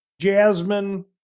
jasmine